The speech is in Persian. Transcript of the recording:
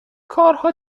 کارها